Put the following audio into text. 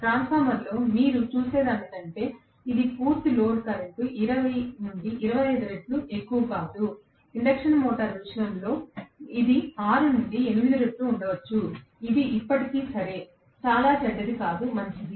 ట్రాన్స్ఫార్మర్లో మీరు చూసేదానికంటే ఇది పూర్తి లోడ్ కరెంట్ 20 నుండి 25 రెట్లు ఎక్కువ కాదు ఇండక్షన్ మోటర్ విషయంలో ఇది 6 నుండి 8 రెట్లు ఉండవచ్చు ఇది ఇప్పటికీ సరే చాలా చెడ్డది కాదు మంచిది